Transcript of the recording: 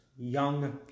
young